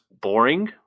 boring